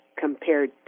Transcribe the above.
compared